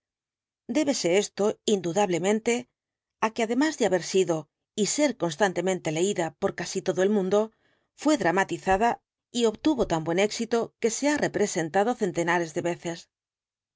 débese esto indudablemente á que además de haber sido y ser constantemente leída por casi todo el mundo fué dramatizada y obtuvo tan buen éxito que se ha representado centenares de veces